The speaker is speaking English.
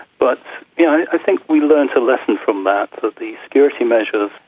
but yeah i think we learned a lesson from that, that the security measures,